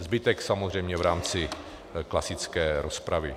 Zbytek samozřejmě v rámci klasické rozpravy.